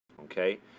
okay